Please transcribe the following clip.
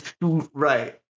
Right